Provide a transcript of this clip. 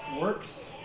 works